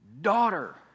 Daughter